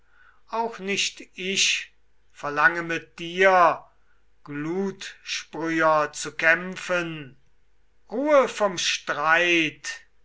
auch nicht ich verlange mit dir glutsprüher zu kämpfen ruhe vom streit